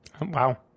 Wow